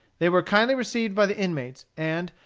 they were kindly received by the inmates, and,